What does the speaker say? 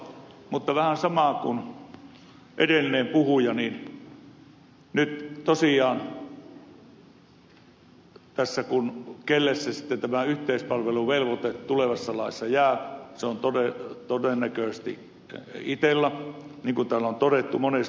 mutta viittaan vähän samaan kuin edellinen puhuja että nyt tosiaan tässä se taho kenelle sitten tämä yhteispalveluvelvoite tulevassa laissa jää on todennäköisesti itella niin kuin täällä on todettu monesta suusta